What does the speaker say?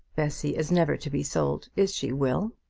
bessy is never to be sold is she, will?